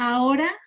Ahora